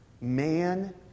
Man